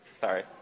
Sorry